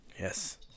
Yes